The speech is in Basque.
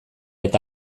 eta